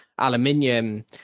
aluminium